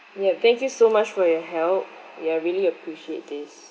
yeah thank you so much for your help yeah really appreciate this